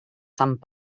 sant